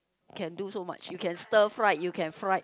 can do so much you can stir fry you can fry